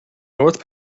north